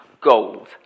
gold